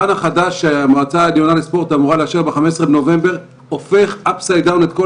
לממ"מ לסיים את הדברים,